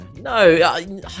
no